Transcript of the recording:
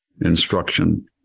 instruction